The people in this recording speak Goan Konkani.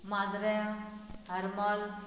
म्रांद्र्या हरमल